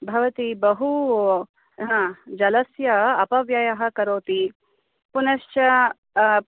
भवती बहु हा जलस्य अपव्ययः करोति पुनश्च आ